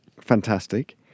fantastic